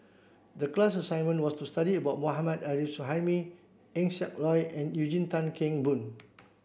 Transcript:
the class assignment was to study about Mohammad Arif Suhaimi Eng Siak Loy and Eugene Tan Kheng Boon